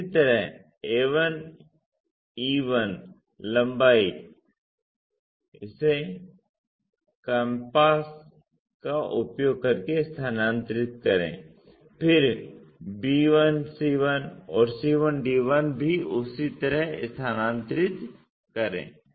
इसी तरह a1e1 लंबाई इसे कंपास का उपयोग करके स्थानांतरित करें फिर b1c1 और c1d1 भी उसी तरह स्थानांतरित करें